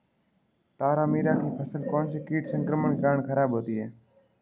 तारामीरा की फसल कौनसे कीट संक्रमण के कारण खराब होती है?